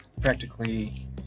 practically